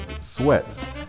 sweats